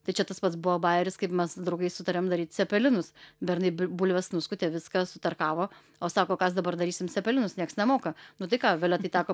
tai čia tas pats buvo bajeris kaip mes su draugais sutarėm daryt cepelinus bernai bulves nuskutė viską sutarkavo o sako kas dabar darysim cepelinus nieks nemoka nu tai ką violetai teko